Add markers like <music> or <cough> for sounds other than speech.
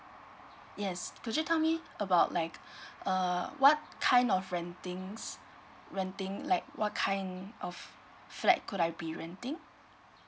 yes could you tell me about like <breath> err what kind of renting s~ renting like what kind of flat could I be renting